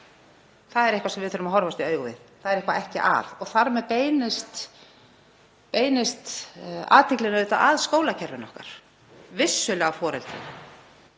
Það er eitthvað sem við þurfum að horfast í augu við. Það er eitthvað að og þar með beinist athyglin að skólakerfinu okkar. Vissulega að foreldrum,